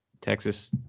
texas